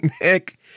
Nick